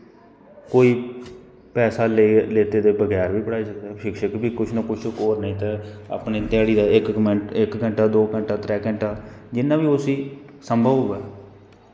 कोई पैसा लैत्ते दे बगैर बी पढ़ाई सकदे न शिक्षक बी कुश न कुछ होर नेंई तां अपनी ध्याड़ी दा इक घैंट दो घैंटा त्रै घैंट जिन्ना बी उसा संभव होऐ